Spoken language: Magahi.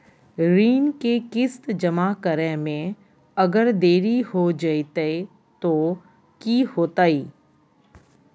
ऋण के किस्त जमा करे में अगर देरी हो जैतै तो कि होतैय?